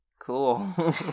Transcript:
cool